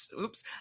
oops